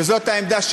שזאת העמדה.